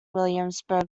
williamsburg